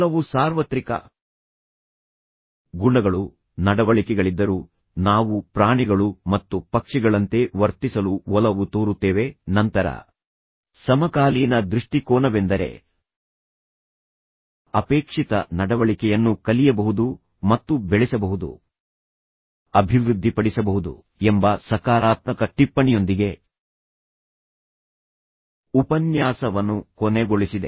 ಕೆಲವು ಸಾರ್ವತ್ರಿಕ ಗುಣಗಳು ನಡವಳಿಕೆಗಳಿದ್ದರೂ ನಾವು ಪ್ರಾಣಿಗಳು ಮತ್ತು ಪಕ್ಷಿಗಳಂತೆ ವರ್ತಿಸಲು ಒಲವು ತೋರುತ್ತೇವೆ ನಂತರ ಸಮಕಾಲೀನ ದೃಷ್ಟಿಕೋನವೆಂದರೆ ಅಪೇಕ್ಷಿತ ನಡವಳಿಕೆಯನ್ನು ಕಲಿಯಬಹುದು ಮತ್ತು ಬೆಳೆಸಬಹುದು ಅಭಿವೃದ್ಧಿಪಡಿಸಬಹುದು ಎಂಬ ಸಕಾರಾತ್ಮಕ ಟಿಪ್ಪಣಿಯೊಂದಿಗೆ ಉಪನ್ಯಾಸವನ್ನು ಕೊನೆಗೊಳಿಸಿದೆ